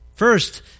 First